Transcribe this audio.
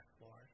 Lord